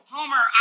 Homer